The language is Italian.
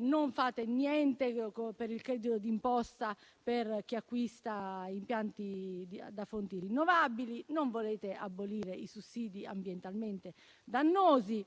non fate niente per il credito d'imposta per chi acquista impianti da fonti di energia rinnovabili e non volete abolire i sussidi ambientalmente dannosi.